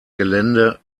gelände